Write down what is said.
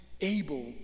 able